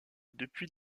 depuis